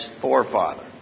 forefather